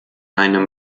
einem